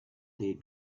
they